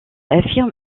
affirme